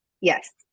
Yes